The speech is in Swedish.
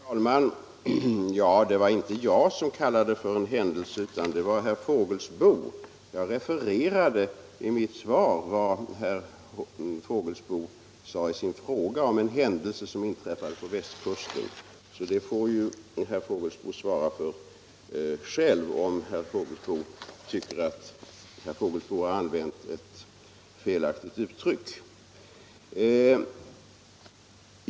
Herr talman! Det var inte jag som kallade det för en händelse utan herr Fågelsbo. Jag refererade i mitt svar vad herr Fågelsbo sade i sin fråga om en händelse som hade inträffat på västkusten. Herr Fågelsbo får alltså själv svara för om han tycker att han har använt ett felaktigt uttryck.